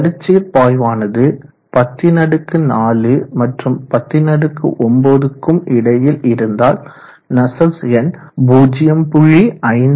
வரிச்சீர் பாய்வானது 104 மற்றும் 109 கும் இடையில் இருந்தால் நஸ்சல்ட்ஸ் எண் 0